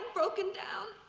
broken down.